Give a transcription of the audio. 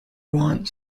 want